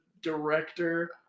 director